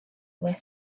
wet